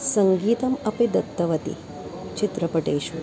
सङ्गीतम् अपि दत्तवती चित्रपटेषु